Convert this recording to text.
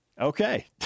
Okay